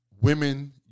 women